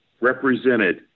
represented